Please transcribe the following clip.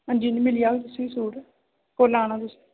हां जी हां जी मिली जाह्ग तुसें सूट कोल्लै आना तुसें